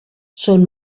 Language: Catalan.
són